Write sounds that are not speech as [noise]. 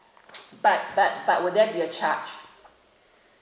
[noise] but but but would there be a charge